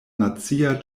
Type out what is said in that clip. nacia